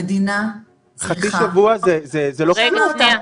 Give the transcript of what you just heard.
המדינה צריכה --- חצי שבוע זה לא חינוך.